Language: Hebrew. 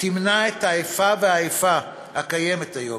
תמנע את האיפה ואיפה הקיימת היום,